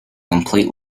complete